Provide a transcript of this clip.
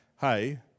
hey